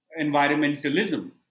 environmentalism